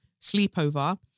Sleepover